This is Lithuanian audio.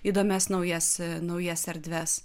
įdomias naujas naujas erdves